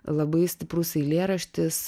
labai stiprus eilėraštis